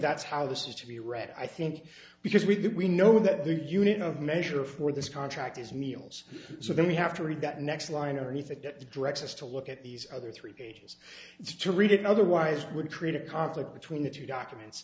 that's how this is to be read i think because we think we know that the unit of measure for this contract is meals so that we have to read that next line or anything that directs us to look at these other three pages to read it otherwise it would create a conflict between the two documents